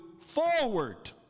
forward